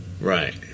Right